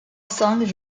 songs